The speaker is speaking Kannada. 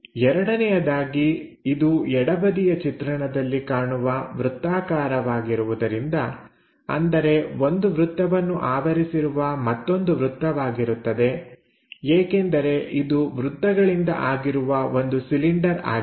ಎರಡನೆಯದಾಗಿ ಇದು ಎಡಬದಿಯ ಚಿತ್ರಣದಲ್ಲಿ ಕಾಣುವ ವೃತ್ತವಾಗಿರುವುದರಿಂದ ಅಂದರೆ ಒಂದು ವೃತ್ತವನ್ನು ಆವರಿಸಿರುವ ಮತ್ತೊಂದು ವೃತ್ತವಾಗಿರುತ್ತದೆ ಏಕೆಂದರೆ ಇದು ವೃತ್ತಗಳಿಂದ ಆಗಿರುವ ಒಂದು ಸಿಲಿಂಡರ್ ಆಗಿದೆ